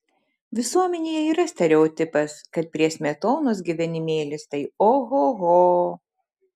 visuomenėje yra stereotipas kad prie smetonos gyvenimėlis tai ohoho